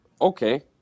okay